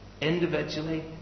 individually